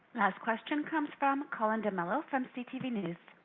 last question comes from ah and and ah from ctv news.